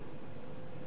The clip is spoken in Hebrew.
תואם את העובדות.